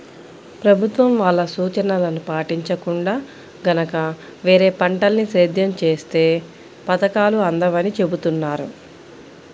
ప్రభుత్వం వాళ్ళ సూచనలను పాటించకుండా గనక వేరే పంటల్ని సేద్యం చేత్తే పథకాలు అందవని చెబుతున్నారు